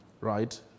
right